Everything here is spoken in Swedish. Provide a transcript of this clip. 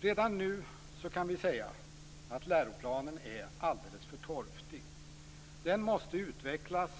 Redan nu kan vi säga att läroplanen är alldeles för torftig. Den måste utvecklas